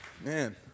Man